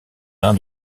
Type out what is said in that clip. uns